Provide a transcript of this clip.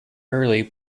early